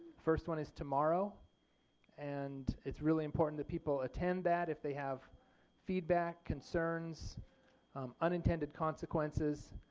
first one is tomorrow and it's really important that people attend that if they have feedback, concerns unintended consequences,